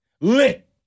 Lit